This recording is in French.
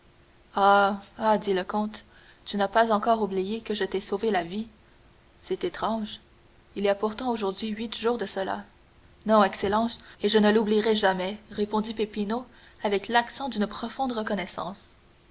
ah dit le comte tu n'as pas encore oublié que je t'ai sauvé la vie c'est étrange il y a pourtant aujourd'hui huit jours de cela non excellence et je ne l'oublierai jamais répondit peppino avec l'accent d'une profonde reconnaissance